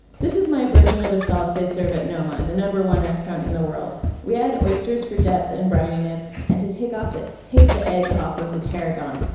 this is my version of a sauce they serve at noma, and the number one restaurant in the world. we add oysters for depth and brininess and to take off the, take the edge off of the tarragon.